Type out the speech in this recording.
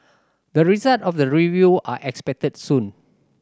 the result of the review are expected soon